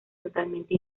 totalmente